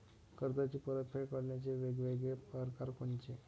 कर्जाची परतफेड करण्याचे वेगवेगळ परकार कोनचे?